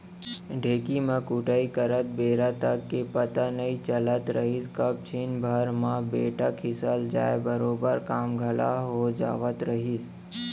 ढेंकी म कुटई करत बेरा तक के पता नइ चलत रहिस कब छिन भर म बेटा खिसल जाय बरोबर काम घलौ हो जावत रहिस